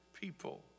people